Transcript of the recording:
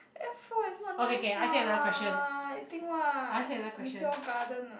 F four is not nice what you think what Meteor Garden ah